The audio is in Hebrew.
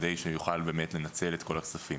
כדי שבאמת יוכל לנצל את כל הכספים.